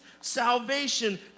salvation